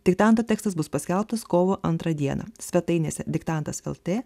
diktanto tekstas bus paskelbtas kovo antrą dieną svetainėse diktantas lt